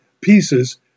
pieces